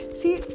see